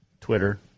Twitter